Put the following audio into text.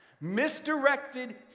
Misdirected